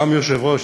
יושב-ראש